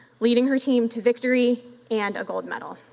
leading her team to victory and a gold medal.